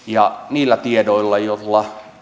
niillä tiedoilla joilla